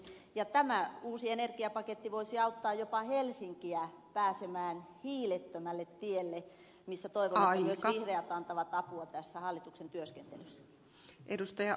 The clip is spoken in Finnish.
ja tämä uusi energiapaketti voisi auttaa jopa helsinkiä pääsemään hiilettömälle tielle ja toivomme että myös vihreät antavat apua tässä hallituksen työskentelyssä